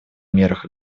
мерах